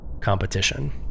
competition